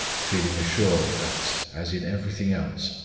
feeling assured, that, as in everything else,